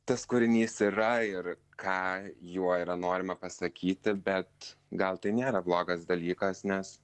tas kūrinys yra ir ką juo yra norima pasakyti bet gal tai nėra blogas dalykas nes